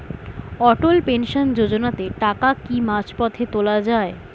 অটল pension যোজনাতে টাকা কি মাঝপথে তোলা যায়?